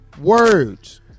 words